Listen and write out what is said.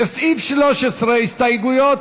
לסעיף 13, הסתייגות